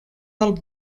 del